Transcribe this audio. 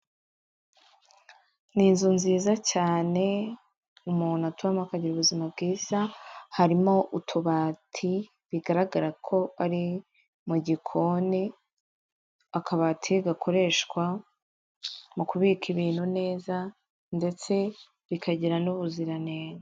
Ni inzu nziza cyane umuntu aturamo akagira ubuzima bwiza harimo utubati bigaragara ko ari mu gikoni akabati gakoreshwa mu kubika ibintu neza ndetse bikagira n'ubuziranenge.